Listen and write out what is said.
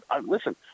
Listen